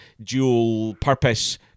dual-purpose